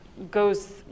goes